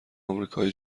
آمریکای